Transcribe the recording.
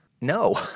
No